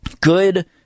good